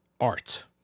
art